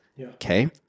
okay